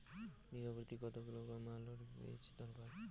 বিঘা প্রতি কত কিলোগ্রাম আলুর বীজ দরকার?